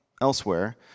elsewhere